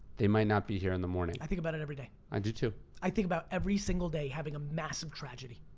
they might not be here in the morning. i think about it every day. i do too. i think about every single day having a massive tragedy.